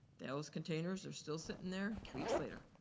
those containers are still sitting there weeks later.